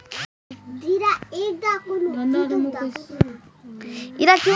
बहुत सड़केर पर टोलेर काम पराइविट कंपनिक दे दियाल जा छे